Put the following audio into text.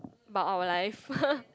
about our life